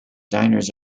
diners